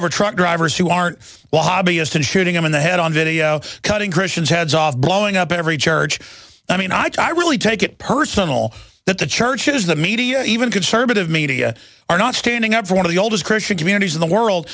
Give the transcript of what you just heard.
over truck drivers who aren't lobbyists and shooting them in the head on video cutting christians heads off blowing up every church i mean i can't really take it personal that the church is the media even conservative media are not standing up for one of the oldest christian communities in the world